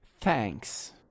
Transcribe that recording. Thanks